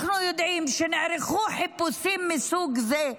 אנחנו יודעים שנערכו חיפושים מסוג זה,